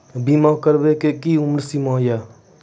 बीमा करबे के कि उम्र सीमा या?